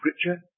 Scripture